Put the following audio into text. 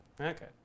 Okay